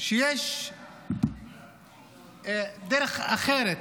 שיש דרך אחרת